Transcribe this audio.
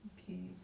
okay